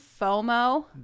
FOMO